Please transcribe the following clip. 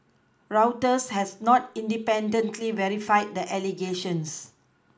Reuters has not independently verified the allegations